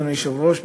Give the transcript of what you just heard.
אדוני היושב-ראש,